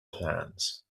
plans